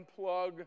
unplug